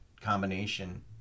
combination